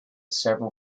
several